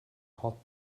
hot